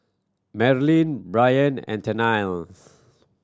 Marilyn Brien and Tennille